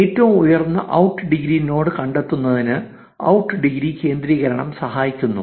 ഏറ്റവും ഉയർന്ന out degree node കണ്ടെത്തുന്നതിന് ഔട്ട്ഡിഗ്രി കേന്ദ്രീകരണം സഹായിക്കുന്നു